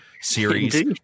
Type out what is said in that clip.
series